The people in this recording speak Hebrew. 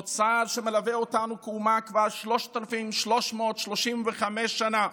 אוצר שמלווה אותנו כאומה כבר 3,335 שנה,